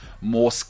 more